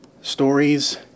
stories